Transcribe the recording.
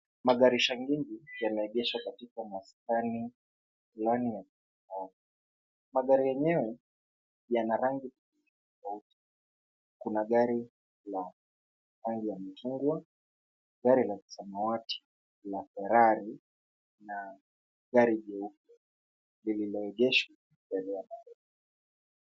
Magari shangingi yameegeshwa katika maskani fulani. Magari yenyewe yana rangi tofauti tofauti. Kuna gari la rangi ya machungwa, gari la kisamawati la Ferarri na gari jeupe lililoendeshwa.